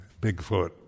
Bigfoot